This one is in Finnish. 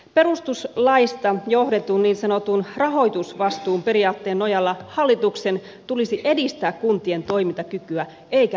perustuslaista johdetun niin sanotun rahoitusvastuun periaatteen nojalla hallituksen tulisi edistää kuntien toimintakykyä eikä rapauttaa sitä